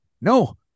no